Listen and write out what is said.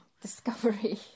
discovery